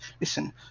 Listen